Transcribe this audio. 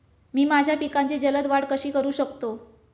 मी माझ्या पिकांची जलद वाढ कशी करू शकतो?